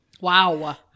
Wow